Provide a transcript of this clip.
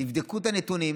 תבדקו את הנתונים.